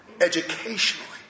educationally